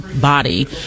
body